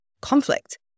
conflict